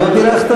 לא בירכת?